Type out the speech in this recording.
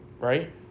Right